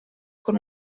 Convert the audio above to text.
con